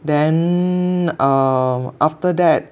then err after that